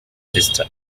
sister